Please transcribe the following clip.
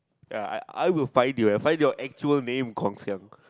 ya I I will find you I find your actual name Guang-Xiang